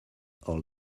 all